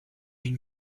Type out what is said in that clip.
une